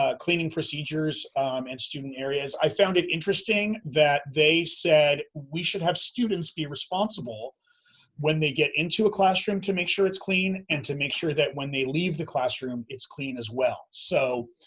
ah cleaning procedures in student areas. i found it interesting that they said we should have students be responsible when they get into a classroom to make sure it's clean and to make sure that when they leave the classroom it's clean as well. so